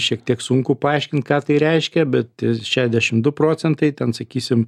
šiek tiek sunku paaiškint ką tai reiškia bet šedešim du procentai ten sakysim